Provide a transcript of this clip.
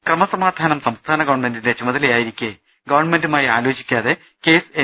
ക്രമസമാധാനം സംസ്ഥാന ഗവൺമെന്റിന്റെ ചുമതലത യായിരിക്കെ ഗവൺമെന്റുമായി ആലോചിക്കാതെ കേസ് എൻ